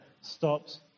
stops